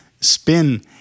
spin